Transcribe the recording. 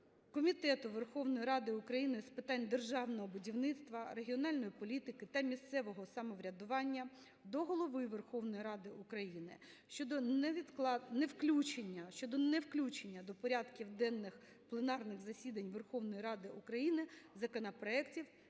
Комітету Верховної Ради України з питань державного будівництва, регіональної політики та місцевого самоврядування до Голови Верховної Ради України щодо невключення до порядків денних пленарних засідань Верховної Ради України законопроектів,